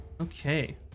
Okay